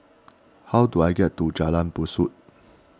how do I get to Jalan Besut